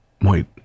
wait